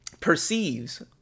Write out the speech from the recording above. perceives